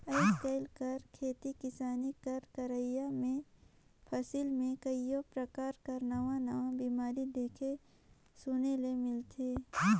आएज काएल कर खेती किसानी कर करई में फसिल में कइयो परकार कर नावा नावा बेमारी देखे सुने ले मिलथे